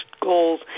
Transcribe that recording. goals